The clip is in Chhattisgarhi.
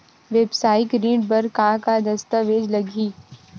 वेवसायिक ऋण बर का का दस्तावेज लगही?